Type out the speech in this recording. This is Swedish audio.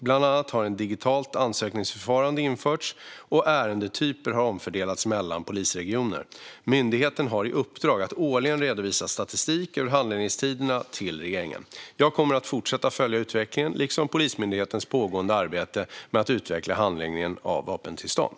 Bland annat har ett digitalt ansökningsförfarande införts, och ärendetyper har omfördelats mellan polisregioner. Myndigheten har i uppdrag att årligen redovisa statistik över handläggningstiderna till regeringen. Jag kommer att fortsätta följa utvecklingen liksom Polismyndighetens pågående arbete med att utveckla handläggningen av vapentillstånd.